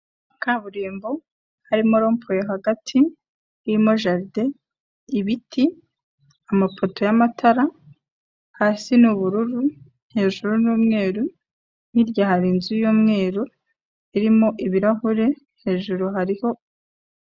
Kaburimbo harimo ropuwe yo hagati irimo jaride, ibiti, amapoto y'amatara, hasi n'ubururu hejuru n'umweru, hirya hari inzu y'umweru irimo ibirahure, hejuru hariho.